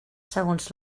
segons